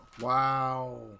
Wow